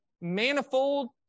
manifold